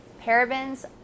parabens